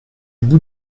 bout